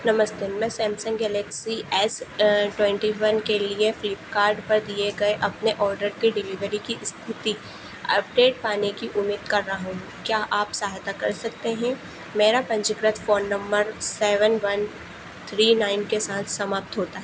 नमस्ते मैं Samsung Galaxy S twenty one के लिए फ्लिपकार्ट पर दिए गए अपने ऑर्डर की डिलीवरी स्थिति पर अपडेट पाने की उम्मीद कर रहा हूं क्या आप सहायता कर सकते हैं मेरा पंजीकृत phone number seven one three nine के साथ समाप्त होता है